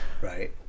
Right